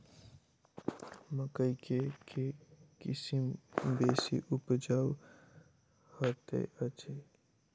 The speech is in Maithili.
मकई केँ के किसिम बेसी उपजाउ हएत अछि?